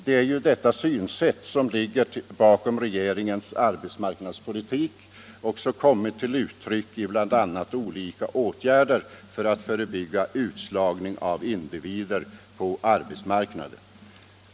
Det är ju detta synsätt som ligger bakom regeringens arbetsmarknadspolitik och som kommit till uttryck i bl.a. olika åtgärder för att förebygga utslagning av individer på arbetsmarknaden.